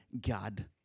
God